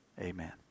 Amen